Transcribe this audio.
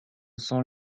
sont